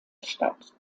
statt